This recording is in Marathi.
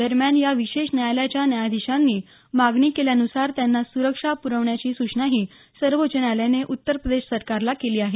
दरम्यान या विशेष न्यायालयाच्या न्यायाधीशांनी मागणी केल्यानुसार त्यांना सुरक्षा पुरवण्याची सूचनाही सर्वोच्च न्यायालयानं उत्तर प्रदेश सरकारला केली आहे